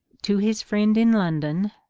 to his friend in london,